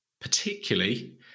particularly